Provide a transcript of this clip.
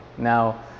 Now